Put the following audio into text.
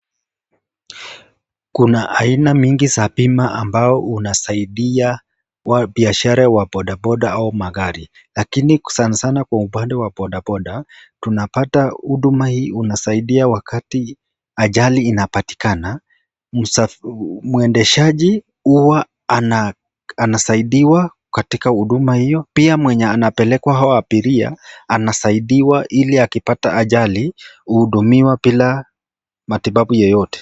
Kuna aina mingi za bima, ambao unasaidia wabiashara wa bodaboda au magari, lakini sanasana kwa upande wa bodaboda, tunapata huduma hii unasaidia wakati ajali inapatikana. Mwendeshaji huwa anasaidiwa katika huduma hiyo, pia mwenye anapelekwa au abiria anasaidiwa ili akipata ajali uhudumiwa bila matibabu yoyote.